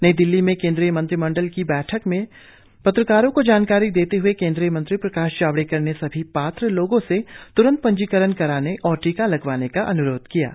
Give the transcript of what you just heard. नई दिल्ली में केंद्रीय मंत्रिमंडल की बैठक के बाद पत्रकारों को जानकारी देते हए केंद्रीय मंत्री प्रकाश जावड़ेकर ने सभी पात्र लोगों से त्रंत पंजीकरण कराने और टीका लगवाने का अन्रोध किया है